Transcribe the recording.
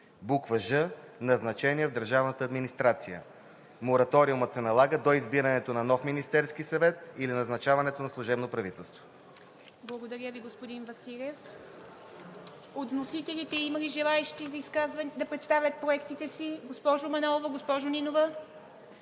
ж) назначения в държавната администрация. 2. Мораториумът се налага до избирането на нов Министерски съвет или назначаването на служебно правителство.“ ПРЕДСЕДАТЕЛ ИВА МИТЕВА: Благодаря Ви, господин Василев. От вносителите има ли желаещи да представят проектите си – госпожо Манолова, госпожо Нинова?